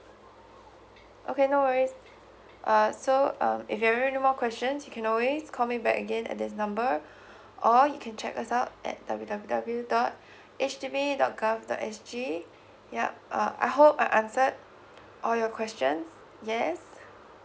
okay no worries uh so um if you have any more questions you can always call me back again at this number or you can check us out at w w w dot H D B dot gov dot s g yup uh I hope I answered all your questions yes